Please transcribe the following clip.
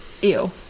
ew